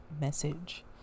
message